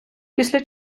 після